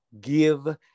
give